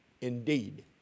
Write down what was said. indeed